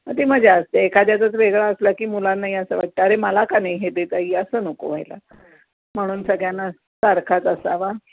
ती मजा असते एखाद्याचंच वेगळा असला की मुलांनाही असं वाटतं अरे मला का नाही हे देत आई असं नको व्हायला म्हणून सगळ्यांना सारखाच असावा